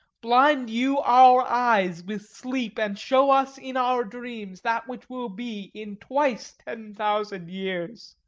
blind you our eyes with sleep, and show us in our dreams that which will be in twice ten thousand years!